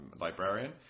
librarian